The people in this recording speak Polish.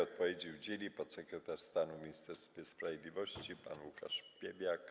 Odpowiedzi udzieli podsekretarz stanu w Ministerstwie Sprawiedliwości pan Łukasz Piebiak.